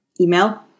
email